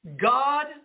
God